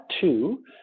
two